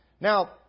Now